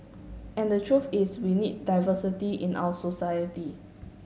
and the truth is we need diversity in our society